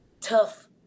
tough